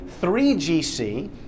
3GC